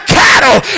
cattle